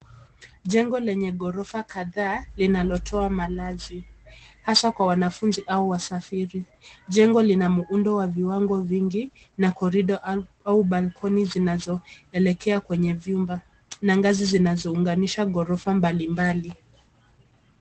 Jengo lenye ghorofa kadhaa, linalotoa malazi. Hasa kwa wanafunzi au wasafiri. Jengo lina muundo wa viwango vingi, na corridor au balcony zinazoelekea kwenye vyumba. Na ngazi zinazounganisha ghorofa mbalimbali.